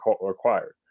required